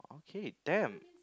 hey damn